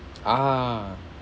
ah